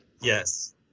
yes